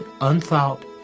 unthought